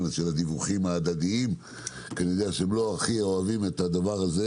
הדיווחים ההדדיים כי אני יודע שהם לא הכי אוהבים את הדבר הזה